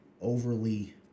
overly